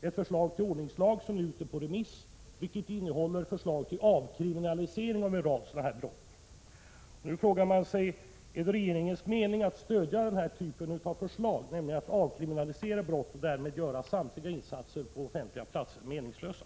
Ett förslag till ordningslag, som är ute på remiss, innehåller förslag till avkriminalisering av en rad sådana här brott. Är det regeringens mening att stödja förslaget att avkriminalisera brott och därmed göra samtliga insatser på offentliga platser meningslösa?